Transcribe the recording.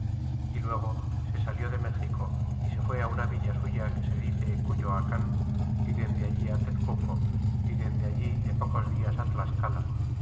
y luego se salió de méxico y se fue á una villa suya que se dice cuyoacan y dende allí tezcuco y dende allí é pocos dias tlascala